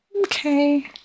Okay